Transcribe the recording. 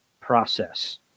process